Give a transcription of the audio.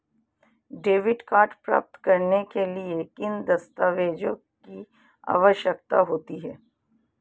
Debit card प्राप्त करने के लिए किन दस्तावेज़ों की आवश्यकता होती है?